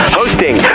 hosting